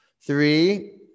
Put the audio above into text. Three